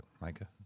Micah